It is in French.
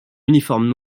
uniforme